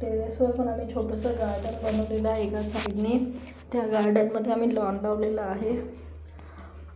टेरेसवर पण आम्ही छोटंसं गार्डन बनवलेलं आहे एका साइडने त्या गार्डनमध्ये आम्ही लॉन लावलेलं आहे